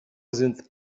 sind